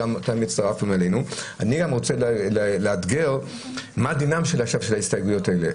אני גם רוצה לאתגר מה דינם עכשיו של ההסתייגויות האלה?